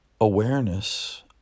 awareness